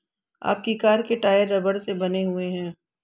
आपकी कार के टायर रबड़ से बने हुए हैं